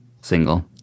single